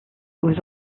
aux